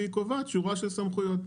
והיא קובעת שורה של סמכויות.